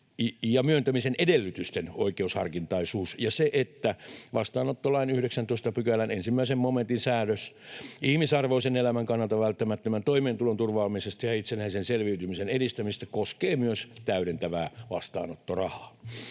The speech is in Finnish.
ja myöntämisen edellytysten oikeusharkintaisuus ja se, että vastaanottolain 19 §:n 1 momentin säädös ihmisarvoisen elämän kannalta välttämättömän toimeentulon turvaamisesta ja itsenäisen selviytymisen edistämisestä koskee myös täydentävää vastaanottorahaa.